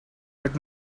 but